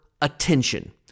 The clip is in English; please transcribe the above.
attention